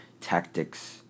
Tactics